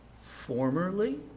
formerly